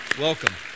welcome